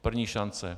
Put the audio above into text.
První šance.